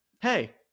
Hey